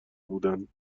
بودند